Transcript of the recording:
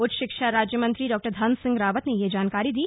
उच्च शिक्षा राज्य मंत्री डॉ धन सिंह ने ये जानकारी दी